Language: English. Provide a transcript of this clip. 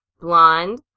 blonde